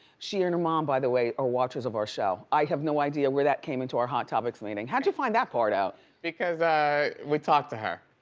she and her mom, by the way, are watchers of our show. i have no idea where that came into our hot topics meeting. how'd you find that part out? because we talked to her.